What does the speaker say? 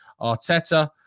Arteta